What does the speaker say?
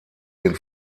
den